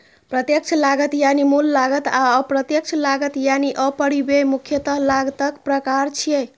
प्रत्यक्ष लागत यानी मूल लागत आ अप्रत्यक्ष लागत यानी उपरिव्यय मुख्यतः लागतक प्रकार छियै